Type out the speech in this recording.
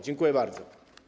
Dziękuję bardzo.